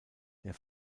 der